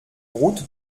route